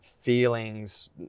feelings